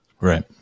Right